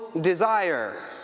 desire